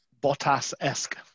Bottas-esque